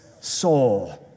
soul